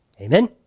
Amen